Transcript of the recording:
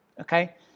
Okay